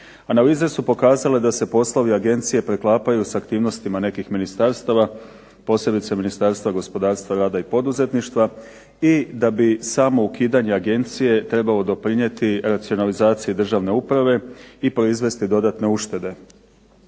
Analize su pokazale da se poslovi agencije preklapaju sa aktivnostima nekih ministarstava posebice Ministarstva gospodarstva, rada i poduzetništva i da bi samo ukidanje agencije trebalo doprinijeti racionalizaciji državne uprave i proizvesti dodatne uštede.